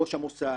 וראש המוסד.